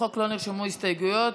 לחוק לא נרשמו הסתייגויות.